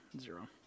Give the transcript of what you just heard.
Zero